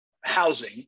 housing